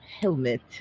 Helmet